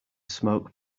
smoke